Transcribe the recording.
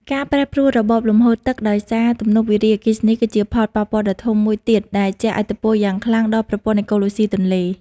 ការប្រែប្រួលរបបលំហូរទឹកដោយសារទំនប់វារីអគ្គិសនី គឺជាផលប៉ះពាល់ដ៏ធំមួយទៀតដែលជះឥទ្ធិពលយ៉ាងខ្លាំងដល់ប្រព័ន្ធអេកូឡូស៊ីទន្លេ។